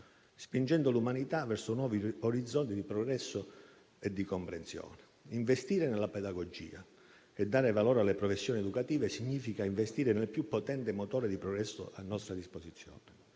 spingendo l'umanità verso nuovi orizzonti di progresso e di comprensione. Investire nella pedagogia e dare valore alle professioni educative significa investire nel più potente motore di progresso a nostra disposizione;